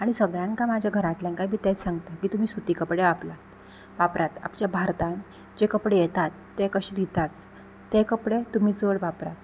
आनी सगळ्यांक म्हज्या घरांतल्यांकाय बी तेंच सांगता की तुमी सुती कपडे आपलात वापरात आपच्या भारतान जे कपडे येतात ते कशे दिताच ते कपडे तुमी चड वापरात